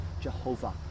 Jehovah